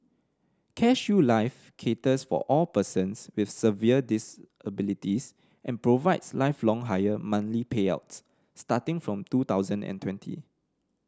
CareShield Life caters for all persons with severe disabilities and provides lifelong higher monthly payouts starting from two thousand and twenty